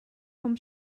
vom